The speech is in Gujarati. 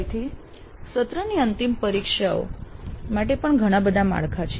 ફરીથી સેમેસ્ટરની અંતિમ પરીક્ષાઓ માટે ઘણા બધા માળખા છે